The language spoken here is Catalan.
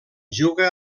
juga